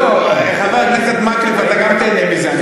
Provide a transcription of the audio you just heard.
לא, חבר הכנסת מקלב, אתה גם תיהנה מזה.